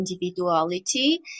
individuality